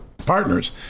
partners